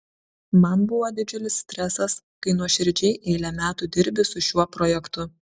man buvo didžiulis stresas kai nuoširdžiai eilę metų dirbi su šiuo projektu